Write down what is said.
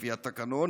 לפי התקנון,